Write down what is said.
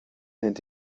nennt